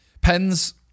Pens